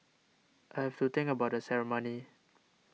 I have to think about the ceremony